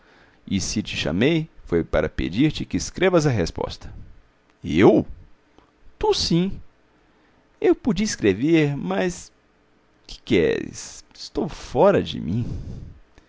e se te chamei foi para pedir-te que escrevas a resposta eu tu sim eu podia escrever mas que queres estou fora de mim